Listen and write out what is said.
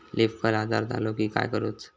Leaf curl आजार झालो की काय करूच?